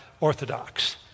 orthodox